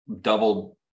doubled